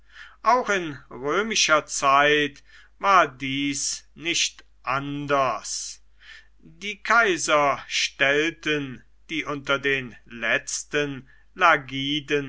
auch in römischer zeit war dies nicht anders die kaiser stellten die unter den letzten